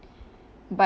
but